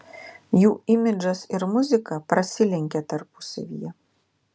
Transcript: jų imidžas ir muzika prasilenkia tarpusavyje